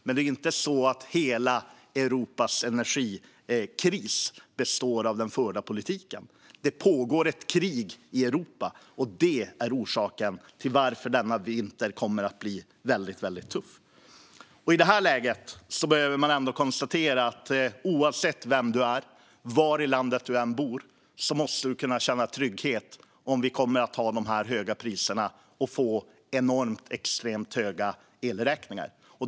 Men det är inte så att hela Europas energikris beror på den förda politiken. Det pågår ett krig i Europa, och det är orsaken till att denna vinter kommer att bli väldigt, väldigt tuff. I det här läget behöver man ändå konstatera att oavsett vem du är och var i landet du än bor måste du kunna känna trygghet om vi kommer att ha de här höga priserna och få extremt höga elräkningar.